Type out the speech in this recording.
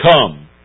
Come